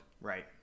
Right